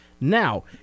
Now